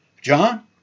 John